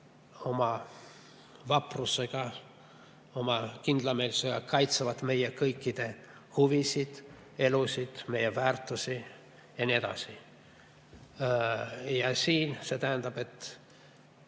oma vaprusega, oma kindlameelsusega kaitsevad meie kõikide huvisid, elusid, meie väärtusi ja nii edasi. Ja see tähendab, et